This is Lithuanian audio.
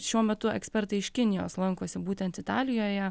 šiuo metu ekspertai iš kinijos lankosi būtent italijoje